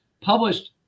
published